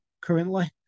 currently